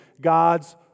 God's